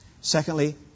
secondly